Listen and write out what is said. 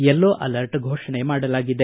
yellow alert ಫೋಷಣೆ ಮಾಡಲಾಗಿದೆ